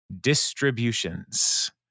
distributions